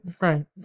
right